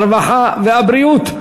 הרווחה והבריאות,